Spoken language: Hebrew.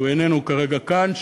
שאיננו כרגע כאן,